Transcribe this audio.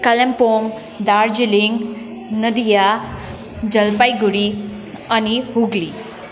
कालिम्पोङ दार्जिलिङ नदिया जलपाइगुडी अनि हुगली